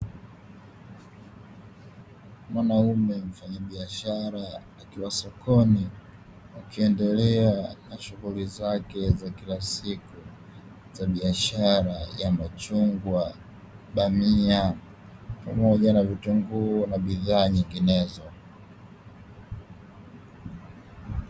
Mwanaume mfanyabiashara akiwa sokoni akiendelea na shughuli zake za kila siku za biashara ya machungwa, bamia pamoja na vitunguu na bidhaa nyinginezo.